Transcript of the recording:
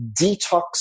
detox